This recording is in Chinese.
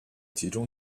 集中